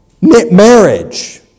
marriage